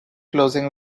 closing